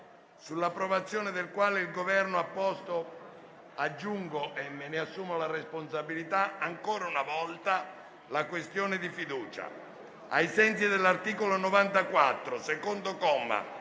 sull'approvazione del quale il Governo ha posto - aggiungo e me ne assumo la responsabilità - ancora una volta la questione di fiducia. Ricordo che ai sensi dell'articolo 94, secondo comma,